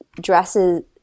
dresses